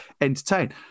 entertain